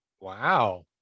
wow